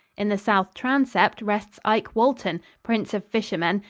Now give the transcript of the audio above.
in the south transept rests ike walton, prince of fishermen,